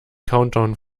countdown